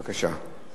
בבקשה.